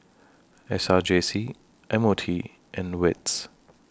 S R J C M O T and WITS